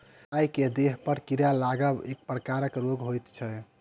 गाय के देहपर कीड़ा लागब एक प्रकारक रोग होइत छै